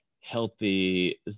healthy